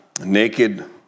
naked